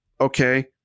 okay